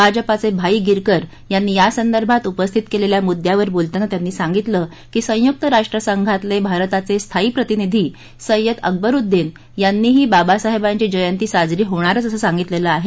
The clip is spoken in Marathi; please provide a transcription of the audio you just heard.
भाजपाचे भाई गिरकर यांनी यासंदर्भात उपस्थित केलेल्या मुद्यावर बोलताना त्यांनी सांगितलं की संयुक्त राष्ट्र संघातले भारताचे स्थायी प्रतिनिधी सय्यद अकबरुद्दीन यांनीही बाबासाहेबांची जयंती साजरी होणारच असं सांगितलेलं आहे